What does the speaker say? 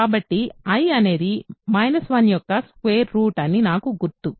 కాబట్టి i అనేది 1 యొక్క స్క్వేర్ రూట్ అని నాకు గుర్తుంది